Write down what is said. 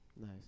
Nice